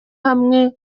hamwe